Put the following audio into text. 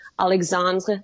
Alexandre